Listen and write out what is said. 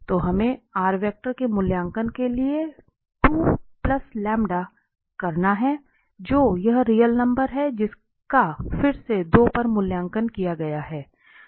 तो हमने के मूल्यांकन के लिए 2 प्लस किया है जो एक रियल नंबर है जिसका फिर से 2 पर मूल्यांकन किया गया है